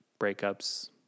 breakups